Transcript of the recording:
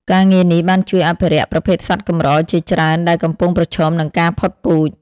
ការងារនេះបានជួយអភិរក្សប្រភេទសត្វកម្រជាច្រើនដែលកំពុងប្រឈមនឹងការផុតពូជ។